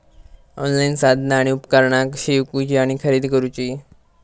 Online साधना आणि उपकरणा कशी ईकूची आणि खरेदी करुची?